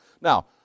Now